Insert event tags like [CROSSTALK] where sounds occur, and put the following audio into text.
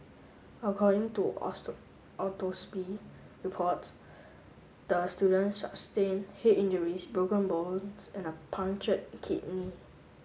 according to [UNINTELLIGIBLE] reports the student sustained head injuries broken bones and a punctured kidney